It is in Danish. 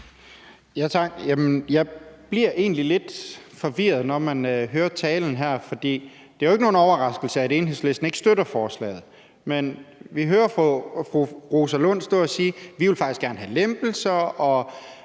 egentlig lidt forvirret, når man hører talen her, for det er jo ikke nogen overraskelse, at Enhedslisten ikke støtter forslaget, men vi hører fru Rosa Lund stå og sige, at de faktisk gerne vil have lempelser,